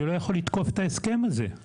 אני לא יכול לתקוף את ההסכם הזה.